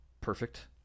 perfect